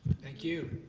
thank you,